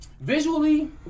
Visually